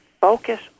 focus